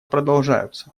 продолжаются